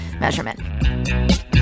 measurement